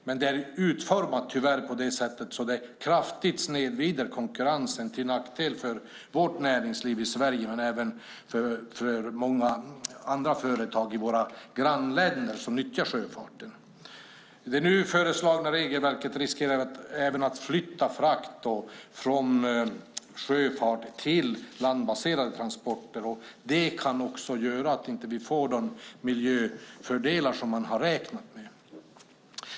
Men det är tyvärr utformat på ett sätt som kraftigt snedvrider konkurrensen till nackdel för vårt näringsliv i Sverige men även för många företag i våra grannländer som nyttjar sjöfarten. Det nu föreslagna regelverket riskerar även att flytta frakt från sjöfart till landbaserade transporter, och det kan också göra att man inte får de miljöfördelar som man har räknat med.